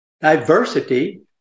diversity